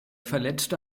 verletzte